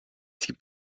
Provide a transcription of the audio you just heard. gibt